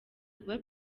kuba